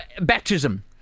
baptism